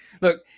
look